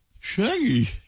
Shaggy